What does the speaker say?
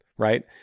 right